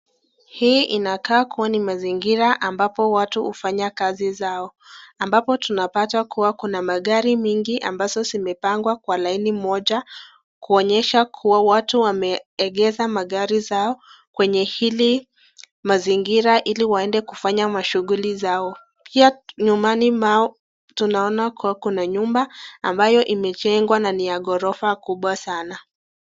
Hii inakaa kuwa ni mazingira ambapo watu hufanya kazi zao. Ambapo tunapata kuwa kuna magari mingi ambazo zimepangwa kwa laini moja kuonyesha kuwa watu wameegesha magari zao kwenye hili mazingira ili waende kufanya mashughuli zao. Pia nyuma yao tunaona kuwa kuna nyumba ambayo imejengwa na ni ya gorofa kubwa sana.